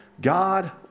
God